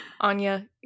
Anya